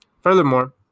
Furthermore